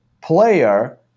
player